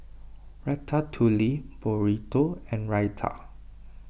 Ratatouille Burrito and Raita